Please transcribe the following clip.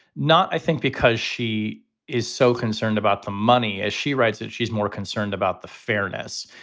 not i think, because she is so concerned about the money as she writes that she's more concerned about the fairness,